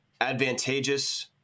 advantageous